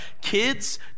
Kids